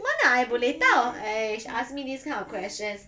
mana I boleh tahu !hais! ask me this kind of questions